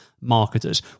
marketers